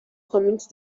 community